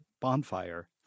bonfire